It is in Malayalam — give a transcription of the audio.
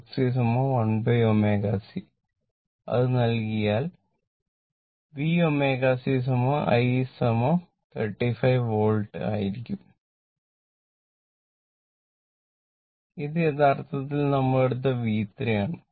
x c 1 ω c അത് നൽകിയാൽ V ω c I 35 വോൾട്ടേജ് ആയിരിക്കും ഇത് യഥാർത്ഥത്തിൽ നമ്മൾ എടുത്ത V3 ആണ്